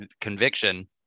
conviction